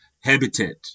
habitat